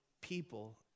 people